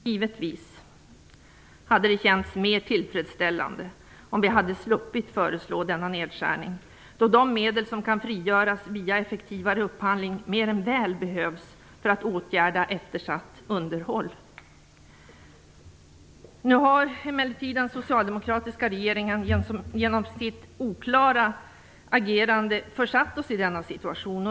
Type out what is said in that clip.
Givetvis hade det känts mer tillfredsställande om vi hade sluppit föreslå denna nedskärning, då de medel som kan frigöras via effektivare upphandling mer än väl behövs för att åtgärda eftersatt underhåll. Nu har emellertid den socialdemokratiska regeringen genom sitt oklara agerande försatt oss i denna situation.